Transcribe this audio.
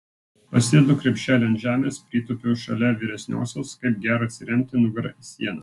pasidedu krepšelį ant žemės pritūpiu šalia vyresniosios kaip gera atsiremti nugara į sieną